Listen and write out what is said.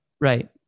Right